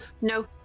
No